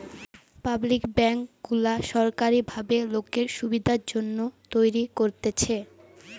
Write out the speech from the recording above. public bank গুলা সোরকারী ভাবে লোকের সুবিধার জন্যে তৈরী করতেছে